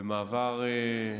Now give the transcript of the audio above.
במעבר חד,